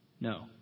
No